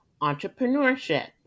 entrepreneurship